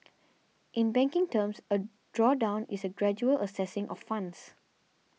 in banking terms a drawdown is a gradual accessing of funds